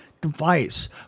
device